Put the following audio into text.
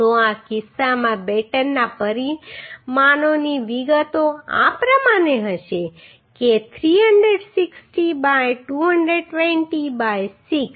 તો આ કિસ્સામાં બેટનના પરિમાણોની વિગતો આ પ્રમાણે હશે કે 360 બાય 220 બાય 6